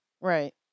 Right